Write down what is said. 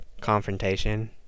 confrontation